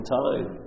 time